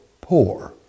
poor